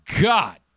God